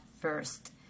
first